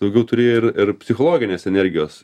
daugiau turi ir ir psichologinės energijos